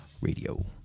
radio